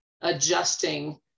adjusting